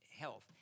health